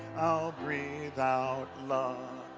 i'll breathe out love.